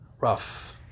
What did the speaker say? Rough